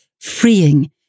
freeing